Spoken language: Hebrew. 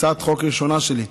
הצעת חוק ראשונה שלי,